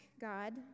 God